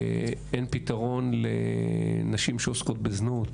אין פתרון לנשים שעוסקות בזנות,